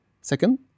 Second